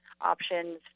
options